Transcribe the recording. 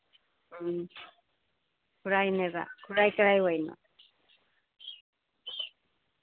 ꯎꯝ ꯈꯨꯔꯥꯏꯅꯦꯕ ꯈꯨꯔꯥꯏ ꯀꯔꯥꯏꯋꯥꯏꯅꯣ